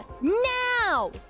now